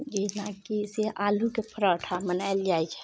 जेनाकि से आलूके परौठा बनायल जाइत छै